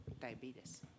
Diabetes